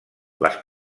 les